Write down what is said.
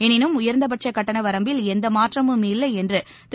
எனினும் உயர்ந்தபட்ச கட்டண வரம்பில் எந்த மாற்றமும் இல்லை என்று திரு